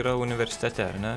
yra universitete ar ne